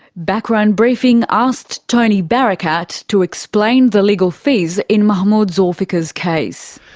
background briefing asked tony barakat to explain the legal fees in mahmoud zoulfikar's case.